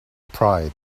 pride